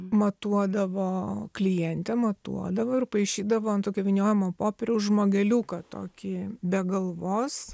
matuodavo klientę matuodavo ir paišydavo ant tokio vyniojamo popieriaus žmogeliuką tokį be galvos